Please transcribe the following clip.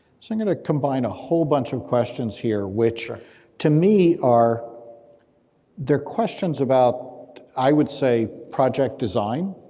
so i'm gonna combine a whole bunch of questions here, which to me are they're questions about i would say, project design,